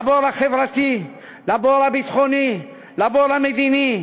לבור החברתי, לבור הביטחוני, לבור המדיני,